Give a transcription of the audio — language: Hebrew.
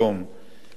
לסיכום,